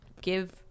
give